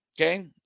okay